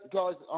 guys